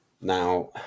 Now